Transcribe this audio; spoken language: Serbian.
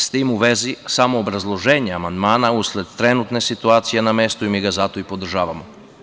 S tim u vezi, samo obrazloženje amandmana usled trenutne situacije na mestu i mi ga zato i podržavamo.